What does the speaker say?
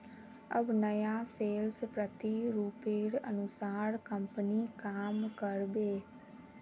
अब नया सेल्स प्रतिरूपेर अनुसार कंपनी काम कर बे